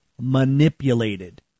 manipulated